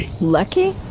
Lucky